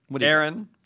Aaron